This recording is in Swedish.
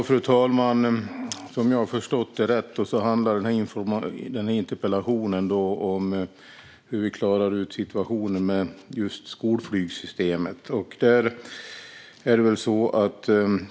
Fru talman! Om jag förstått det rätt handlar denna interpellation om hur vi klarar situationen med just skolflygsystemet.